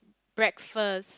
breakfast